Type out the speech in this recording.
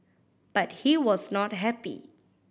but he was not happy